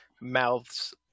mouths